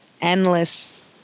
endless